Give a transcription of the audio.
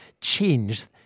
change